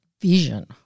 vision